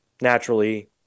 naturally